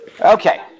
Okay